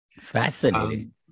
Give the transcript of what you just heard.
Fascinating